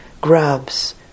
grubs